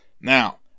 Now